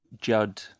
Judd